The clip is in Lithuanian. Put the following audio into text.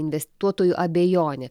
investuotojų abejonė